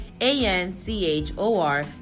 a-n-c-h-o-r